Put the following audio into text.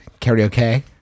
karaoke